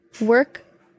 work